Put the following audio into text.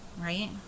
Right